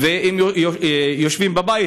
והם יושבים בבית,